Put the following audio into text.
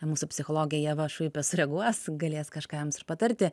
mūsų psichologė ieva šuipė sureaguos galės kažką jums ir patarti